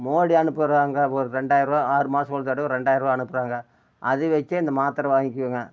மோடி அனுப்புறாங்க ஒரு ரெண்டாயிரூவா ஆறு மாதம் ஒரு தடவை ரெண்டாயிரூவா அனுப்புறாங்க அது வெச்சே இந்த மாத்திர வாங்கிக்கிவேங்க